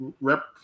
rep